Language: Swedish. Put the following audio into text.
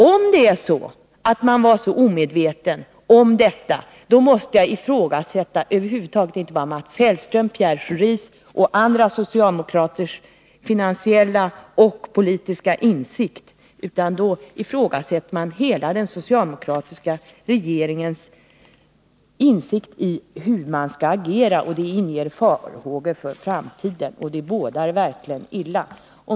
Om socialdemokraterna var så medvetna om detta måste jag ifrågasätta inte bara Mats Hellströms, Pierre Schoris och andra socialdemokraters finansiella och politiska insikt, utan då måste jag ifrågasätta hela den socialdemokratiska regeringens insikt i hur man skall agera. Detta inger farhågor för framtiden, och det bådar verkligen illa.